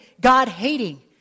God-hating